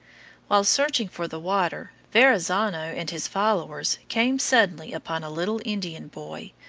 while searching for the water, verrazzano and his followers came suddenly upon a little indian boy,